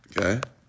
Okay